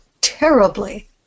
terribly